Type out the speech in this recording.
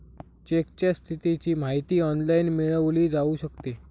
चेकच्या स्थितीची माहिती ऑनलाइन मिळवली जाऊ शकते